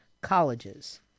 colleges